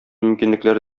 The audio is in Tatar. мөмкинлекләр